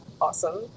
awesome